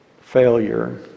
failure